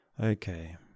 Okay